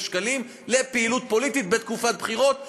שקלים לפעילות פוליטית בתקופת בחירות,